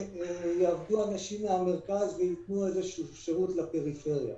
יעבדו אנשים מהמרכז ויתנו שירות לפריפריה.